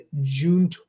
June